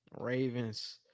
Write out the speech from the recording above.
Ravens